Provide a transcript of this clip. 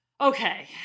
okay